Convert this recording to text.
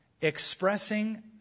expressing